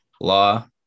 law